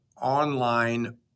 online